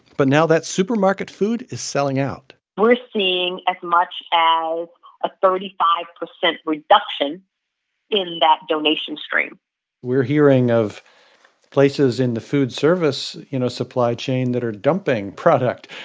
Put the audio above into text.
but now that supermarket food is selling out we're seeing as much as a thirty five percent reduction in that donation stream we're hearing of places in the food service, you know, supply chain that are dumping product.